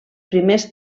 primers